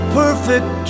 perfect